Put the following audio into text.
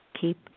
keep